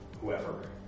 whoever